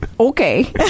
Okay